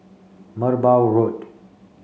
Merbau Road